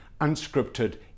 unscripted